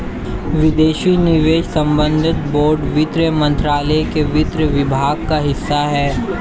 विदेशी निवेश संवर्धन बोर्ड वित्त मंत्रालय के वित्त विभाग का हिस्सा है